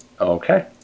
Okay